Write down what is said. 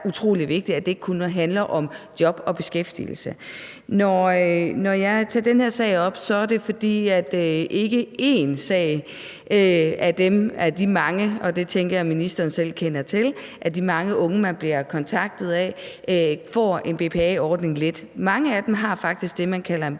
utrolig vigtigt, altså at det ikke kun handler om job og beskæftigelse. Når jeg tager den her sag op, er det, fordi ikke én af de mange unge, man bliver kontaktet af – og det tænker jeg at ministeren selv kender til – får en BPA-ordning let. Mange af dem har faktisk det, man kalder en